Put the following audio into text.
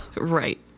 Right